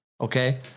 Okay